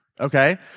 okay